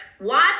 watch